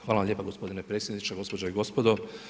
Hvala vam lijepo gospodine predsjedniče, gospođo i gospodo.